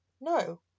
No